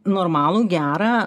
normalų gerą